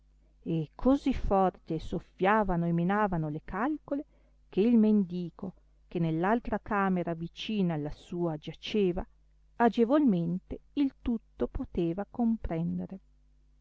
e così forte soffiavano e menavano le calcole che il mendico che nell'altra camera vicina alla sua giaceva agevolmente il tutto poteva comprendere